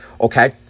Okay